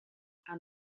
and